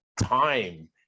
time